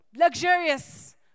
Luxurious